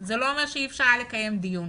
זה לא אומר שאי אפשר היה לקיים דיון.